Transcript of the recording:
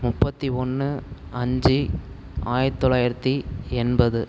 முப்பத்தி ஒன்று அஞ்சு ஆயிரத்தி தொள்ளாயிரத்தி எண்பது